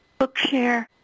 Bookshare